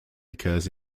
occurs